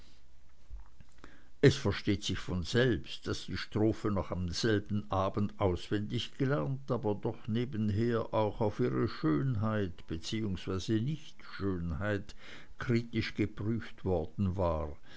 es versteht sich von selbst daß die strophe noch an demselben abend auswendig gelernt aber doch nebenher auch auf ihre schönheit beziehungsweise nichtschönheit kritisch geprüft worden war